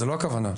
לא זו הכוונה.